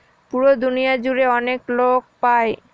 পুরো দুনিয়া জুড়ে অনেক লোক পাই